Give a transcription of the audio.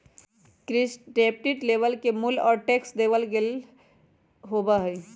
descriptive label में मूल्य और टैक्स देवल गयल होबा हई